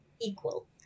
equal